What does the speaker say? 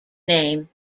name